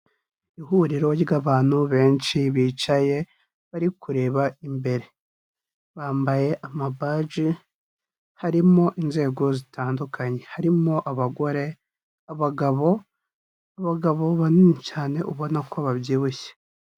Ihuriro ry'abantu benshi bicaye bari kureba imbere, bambaye amabaji, harimo inzego zitandukanye. Harimo abagore, abagabo, abagabo banini cyane ubona ko babyibushye.